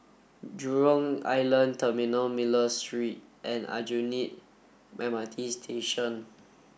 Jurong Island Terminal Miller Street and Aljunied M R T Station